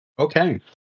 Okay